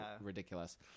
ridiculous